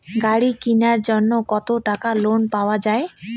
গাড়ি কিনার জন্যে কতো টাকা লোন পাওয়া য়ায়?